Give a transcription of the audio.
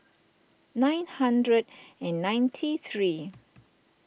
nine hundred and ninety three